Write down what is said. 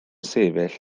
sefyll